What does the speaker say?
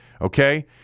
okay